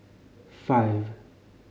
five